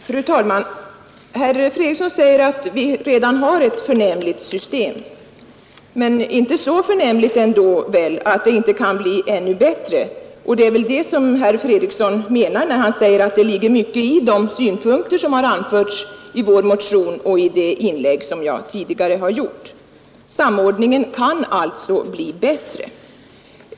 Fru talman! Herr Fredriksson säger att vi redan har ett förnämligt system, Men det är väl ändå inte så förnämligt att det inte kan bli ännu bättre. Det är väl detta herr Fredriksson menar när han säger att det ligger mycket i de synpunkter som har anförts i vår motion och i det inlägg som jag tidigare har gjort. Samordningen kan alltså bli bättre.